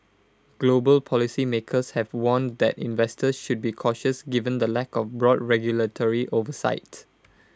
global policy makers have warned that investors should be cautious given the lack of broad regulatory oversight